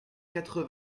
quatre